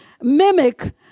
mimic